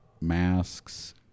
masks